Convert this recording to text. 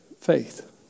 Faith